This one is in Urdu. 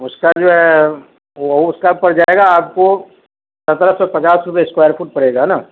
اس کا جو ہے وہ اس کا پڑ جائے گا آپ کو سترہ سو پچاس روپے اسکوائر فٹ پڑے گا ہے نا